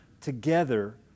together